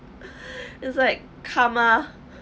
it's like karma